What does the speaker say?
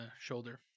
shoulder